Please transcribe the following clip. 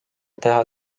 teha